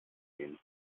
gehen